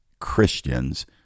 Christians